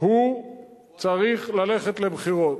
הוא צריך ללכת לבחירות,